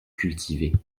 cultivés